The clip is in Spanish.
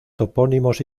topónimos